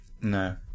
No